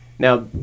Now